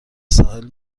ساحل